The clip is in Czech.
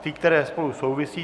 Ty, které spolu souvisí.